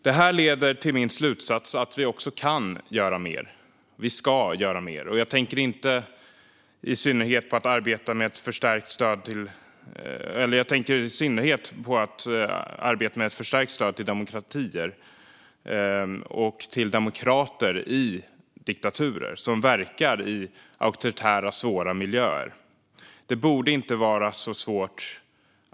Det här leder till min slutsats: att vi kan göra mer och att vi ska göra mer. Jag tänker i synnerhet på att arbeta med förstärkt stöd till demokratier och till demokrater i diktaturer som verkar i auktoritära, svåra miljöer. Det borde inte vara svårt.